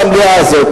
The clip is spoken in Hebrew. במליאה הזאת.